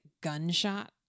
gunshot